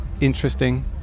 interesting